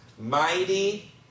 Mighty